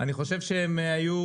אני חושב שהן היו